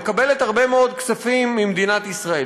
מקבלת הרבה מאוד כספים ממדינת ישראל,